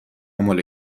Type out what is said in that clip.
مال